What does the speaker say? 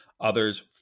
others